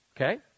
okay